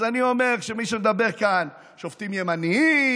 אז אני אומר שמי שמדבר כאן: שופטים ימנים,